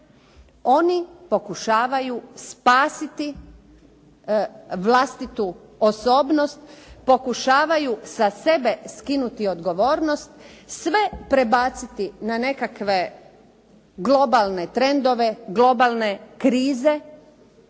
oni pokušavaju spasiti vlastitu osobnost, pokušavaju sa sebe skinuti odgovornost, sve prebaciti na nekakve globalne trendove, globalne krize